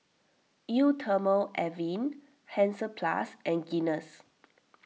Eau thermale Avene Hansaplast and Guinness